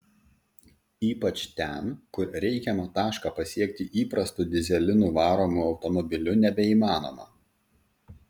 ypač ten kur reikiamą tašką pasiekti įprastu dyzelinu varomu automobiliu nebeįmanoma